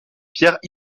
pierre